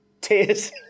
tears